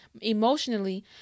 Emotionally